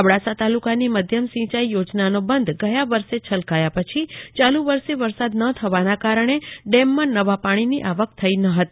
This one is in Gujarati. અબડાસા તાલુકાની મધ્યમ સિંચાઈ યોજનાનો બંધ ગયા વર્ષે છલકાયા પછી ચાલુ વર્ષે વરસાદન થવાના કારણે ડેમમાં નવા પાણીની આવક થઈ ન હતી